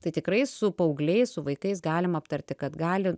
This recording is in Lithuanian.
tai tikrai su paaugliais su vaikais galima aptarti kad gali